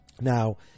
Now